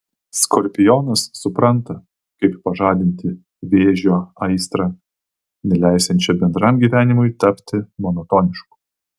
skorpionas supranta kaip pažadinti vėžio aistrą neleisiančią bendram gyvenimui tapti monotonišku